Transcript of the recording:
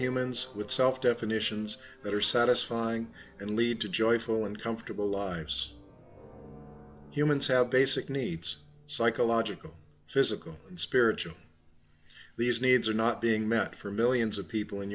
humans with self definitions that are satisfying and lead to joyful and comfortable lives humans have basic needs psychological physical and spiritual these needs are not being met for millions of people in